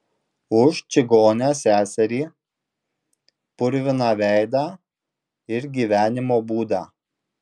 už čigonę seserį purviną veidą ir gyvenimo būdą